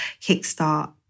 kickstart